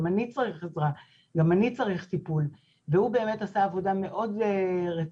גם אני צריך עזרה וגם אני צריך טיפול" והוא באמת עשה עבודה מאוד רצינית